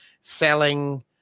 selling